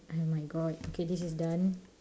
oh my god okay this is done